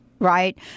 right